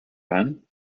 van